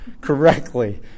correctly